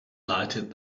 lighted